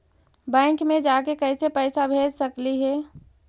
Bank मे जाके कैसे पैसा भेज सकली हे?